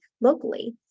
locally